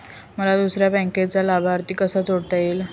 मला दुसऱ्या बँकेचा लाभार्थी कसा जोडता येईल?